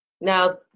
Now